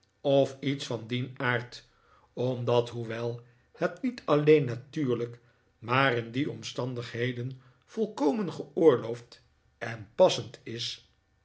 of iets van dien aard omdat hoewel het niet alleen natuurlijk maar in die omstandigheden volkomen geoorloofd en passend is